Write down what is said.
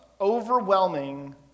overwhelming